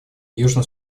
южный